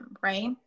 Right